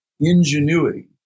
ingenuity